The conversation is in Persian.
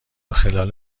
خلال